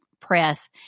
Press